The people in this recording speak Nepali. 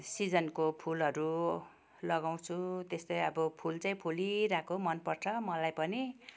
सिजनको फुलहरू लगाउँछु त्यस्तै अब फुल चाहिँ फुलिरहेको मनपर्छ मलाई पनि